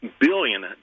billion